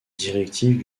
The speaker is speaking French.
directives